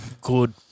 good